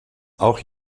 auch